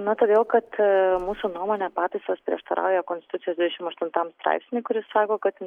na todėl kad mūsų nuomone pataisos prieštarauja konstitucijos dvidešimt aštuntam straipsniui kuris sako kad